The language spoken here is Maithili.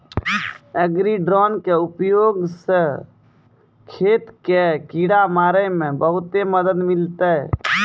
एग्री ड्रोन के उपयोग स खेत कॅ किड़ा मारे मॅ बहुते मदद मिलतै